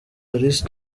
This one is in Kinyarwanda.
alice